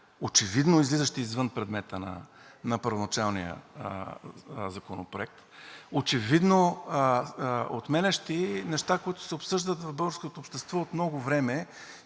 очевидно излизащи извън предмета на първоначалния законопроект, очевидно отменящи неща, които се обсъждат в българското общество от много време,